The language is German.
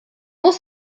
muss